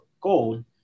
gold